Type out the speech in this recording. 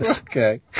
Okay